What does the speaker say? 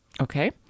Okay